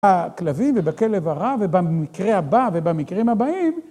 ‫בכלבים ובכלב הרע ‫ובמקרה הבא ובמקרים הבאים.